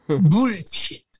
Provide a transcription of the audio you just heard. Bullshit